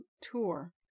tour